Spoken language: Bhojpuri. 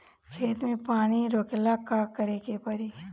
खेत मे पानी रोकेला का करे के परी?